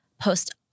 post